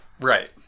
Right